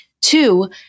Two